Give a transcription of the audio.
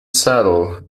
saddle